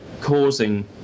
causing